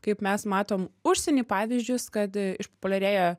kaip mes matom užsieny pavyzdžius kad išpopuliarėja